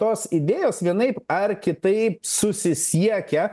tos idėjos vienaip ar kitaip susisiekia